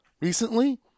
recently